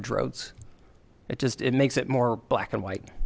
of drugs it just makes it more black and white